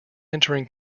entering